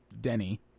Denny